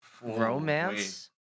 Romance